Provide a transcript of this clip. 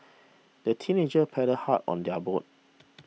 the teenagers paddled hard on their boat